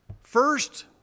first